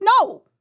No